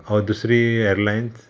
हांव दुसरी एरलायन्स